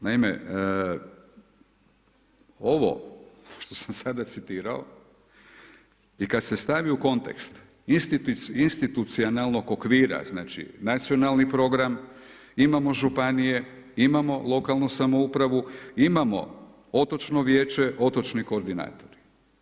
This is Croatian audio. Naime, ovo što sam sada citirao i kad se stavi u kontekst institucionalnog okvira znači nacionalni program, imamo županije, imamo lokalnu samoupravu, imamo otočno vijeće, otočni koordinator.